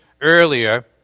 earlier